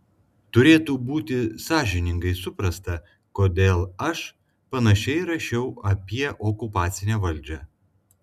turėtų būti sąžiningai suprasta kodėl aš panašiai rašiau apie okupacinę valdžią